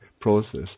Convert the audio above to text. process